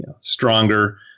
stronger